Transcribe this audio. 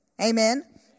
Amen